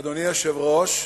אדוני היושב-ראש,